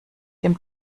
dem